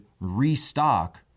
restock